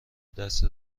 دست